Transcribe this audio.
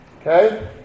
Okay